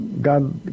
God